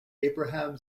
abraham